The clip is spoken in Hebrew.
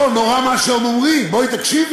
לא, נורא מה שהם אומרים, בואי תקשיבי,